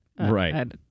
Right